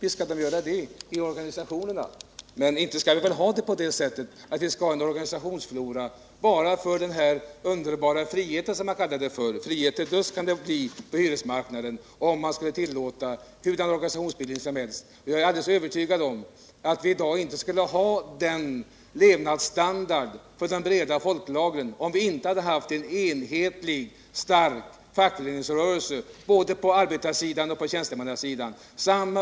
Visst skall de göra det i organisationerna, men inte skall vi väl ha en organisationsflora bara för den här — som man säger — underbara friheten på hyresmarknaden. Det skulle ju bii fallet om man tillät hurdana organisationsbildningar som helst. Jag är alldeles övertygad om att vi i dag inte skulle ha den levnadsstandard som vi har för de breda lagren om vi inte hade haft en enhetlig. stark fackföreningsrörelse på både arbetar och tjänstemannasidan.